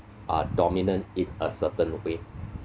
uh dominant in a certain way